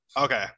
Okay